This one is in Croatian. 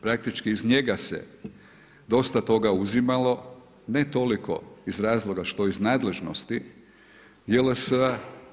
Praktički iz njega se dosta toga uzimalo ne toliko iz razloga što iz nadležnosti JLS-a.